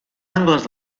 angles